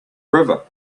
river